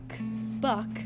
buck